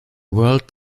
world